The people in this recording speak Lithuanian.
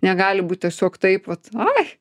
negali būti tiesiog taip vat ai